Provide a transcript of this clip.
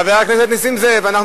מסיתים של מדינת ישראל.